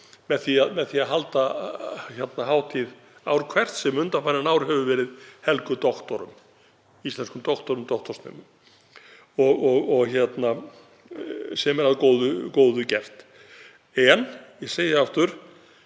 með því að halda hátíð ár hvert sem undanfarin ár hefur verið helgaður íslenskum doktorum og doktorsnemum, sem er að góðu gert. Ég segi aftur: